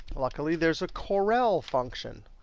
luckily, there's a correl function.